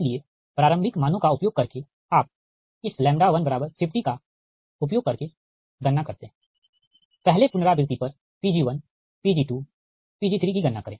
इसलिए प्रारंभिक मानों का उपयोग करके आप इस 1 50 का उपयोग करके गणना करते हैं पहले पुनरावृति पर Pg1Pg2Pg3 की गणना करें